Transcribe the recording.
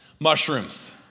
Mushrooms